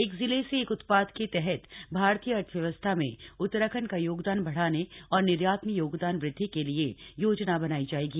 एक जिले से एक उत्पाद के तहत भारतीय अर्थव्यवस्था में उत्तराखण्ड का योगदान बढ़ाने और निर्यात में योगदान वृद्धि के लिये योजना बनाई जाएगी